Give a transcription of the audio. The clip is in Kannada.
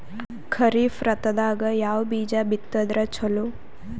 ಖರೀಫ್ ಋತದಾಗ ಯಾವ ಬೀಜ ಬಿತ್ತದರ ಚಲೋ?